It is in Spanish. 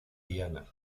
diana